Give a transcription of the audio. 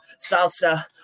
salsa